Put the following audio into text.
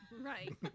Right